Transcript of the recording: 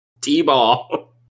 T-ball